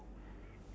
mmhmm